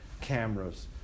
cameras